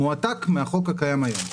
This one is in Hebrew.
זה מועתק מהחוק הקיים היום.